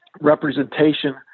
representation